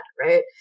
Right